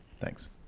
Thanks